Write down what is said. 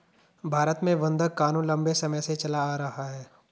भारत में बंधक क़ानून लम्बे समय से चला आ रहा है